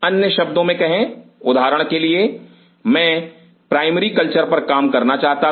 अन्य शब्दों में कहें उदाहरण के लिए मैं प्राइमरी कल्चर पर कार्य करना चाहता था